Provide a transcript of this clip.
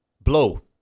Blow